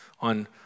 on